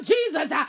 Jesus